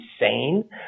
insane